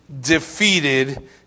defeated